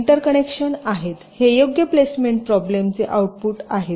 interconnection आहेत हे योग्य प्लेसमेंट प्रॉब्लेम चे आउटपुट आहे